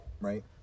right